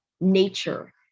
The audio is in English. nature